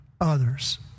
others